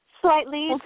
slightly